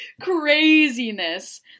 craziness